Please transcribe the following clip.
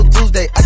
Tuesday